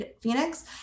Phoenix